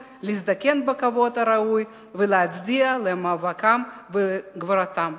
להזדקן בכבוד הראוי ולהצדיע למאבקם ולגבורתם.